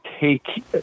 take